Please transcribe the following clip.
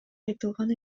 айтылган